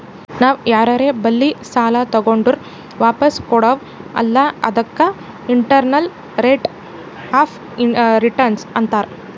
ನಾವ್ ಯಾರರೆ ಬಲ್ಲಿ ಸಾಲಾ ತಗೊಂಡುರ್ ವಾಪಸ್ ಕೊಡ್ತಿವ್ ಅಲ್ಲಾ ಅದಕ್ಕ ಇಂಟರ್ನಲ್ ರೇಟ್ ಆಫ್ ರಿಟರ್ನ್ ಅಂತಾರ್